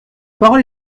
parole